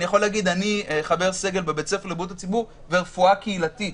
אני חבר סגל בבית ספר לבריאות הציבור ורפואה קהילתית.